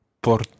por